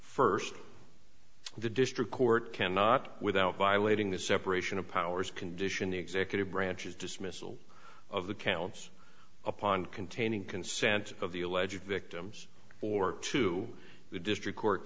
first the district court cannot without violating the separation of powers condition the executive branch's dismissal of the kaldis upon containing consent of the alleged victims or to the district court